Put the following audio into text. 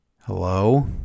hello